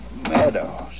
Meadows